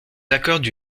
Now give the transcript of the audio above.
accorde